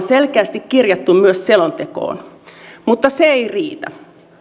selkeästi kirjattu myös selontekoon mutta se ei riitä